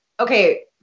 Okay